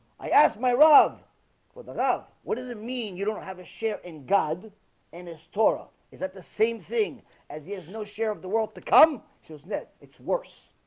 i asked my rob for the now. what does it mean? you don't have a share in god and it's torah is that the same thing as he has no share of the world to come just net it's worse